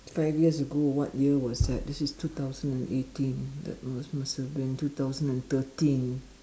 five years ago what year was that this is two thousand and eighteen that was must have been two thousand and thirteen